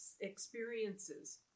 experiences